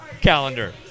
calendar